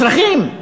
אזרחים,